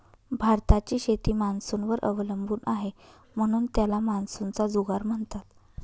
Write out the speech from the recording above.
भारताची शेती मान्सूनवर अवलंबून आहे, म्हणून त्याला मान्सूनचा जुगार म्हणतात